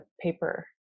paper